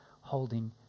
holding